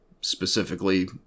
specifically